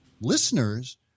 listeners